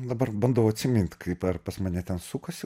dabar bandau atsimint kaip ar pas mane ten sukasi